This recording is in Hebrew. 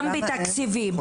בתקציבים,